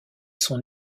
son